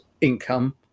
income